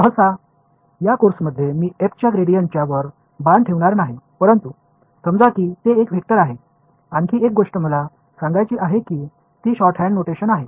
सहसा या कोर्समध्ये मी f च्या ग्रेडियंटच्या वर बाण ठेवणार नाही परंतु समजा की ते एक वेक्टर आहे आणखी एक गोष्ट मला सांगायची आहे की ती शॉर्टहँड नोटेशन आहे